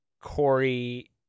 Corey